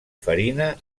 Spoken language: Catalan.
farina